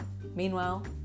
Meanwhile